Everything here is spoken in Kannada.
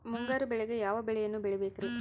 ಮುಂಗಾರು ಮಳೆಗೆ ಯಾವ ಬೆಳೆಯನ್ನು ಬೆಳಿಬೇಕ್ರಿ?